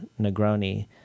Negroni